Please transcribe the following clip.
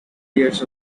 years